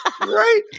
Right